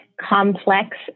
complex